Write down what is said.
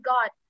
God